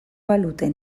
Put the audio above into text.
balute